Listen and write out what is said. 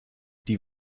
die